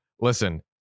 listen